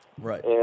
right